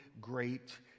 great